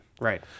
Right